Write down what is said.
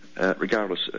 regardless